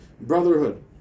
brotherhood